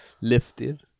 Lifted